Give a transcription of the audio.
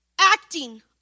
acting